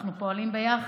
אנחנו פועלים ביחד,